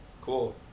cool